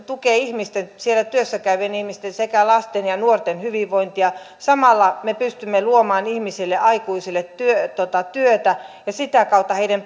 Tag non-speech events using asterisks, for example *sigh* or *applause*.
tukee ihmisten siellä työssä käyvien ihmisten sekä lasten ja nuorten hyvinvointia samalla me pystymme luomaan ihmisille aikuisille työtä ja sitä kautta heidän *unintelligible*